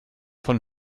von